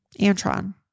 Antron